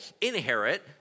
inherit